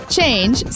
Change